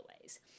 ways